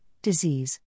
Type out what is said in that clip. disease